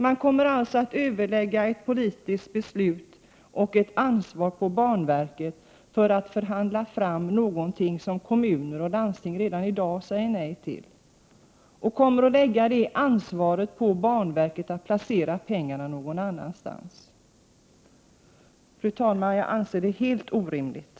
Man kommer alltså att lägga över ett politiskt beslut och ett ansvar på banverket för att förhandla fram något som kommuner och landsting redan i dag säger nej till. Ansvaret för att placera pengarna någon annanstans kommer att läggas på banverket. Fru talman! Jag anser att detta är helt orimligt.